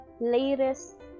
latest